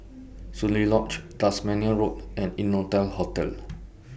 Soon Lee Lodge Tasmania Road and Innotel Hotel